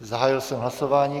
Zahájil jsem hlasování.